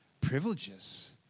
privileges